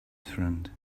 friend